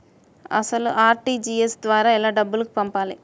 అసలు అర్.టీ.జీ.ఎస్ ద్వారా ఎలా డబ్బులు పంపాలి?